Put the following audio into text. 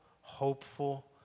hopeful